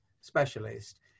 specialist